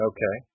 Okay